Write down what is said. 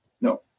No